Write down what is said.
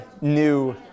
new